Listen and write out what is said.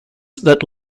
that